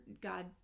God